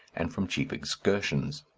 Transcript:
and from cheap excursions.